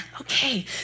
okay